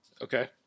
Okay